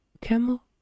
camel